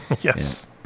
yes